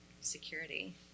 security